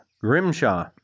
Grimshaw